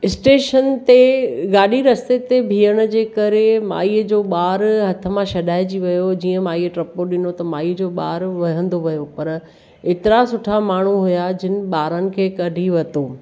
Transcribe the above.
station ते गाॾी रस्ते ते बीहण जे करे माईअ जो ॿारु हथु मां छॾाइजी वियो जीअं माईअ टपो ॾिनो त माईअ जो ॿारु वहंदो वियो पर एतिरा सुठा माण्हू हुया जिनि ॿारनि खे कढी वरितो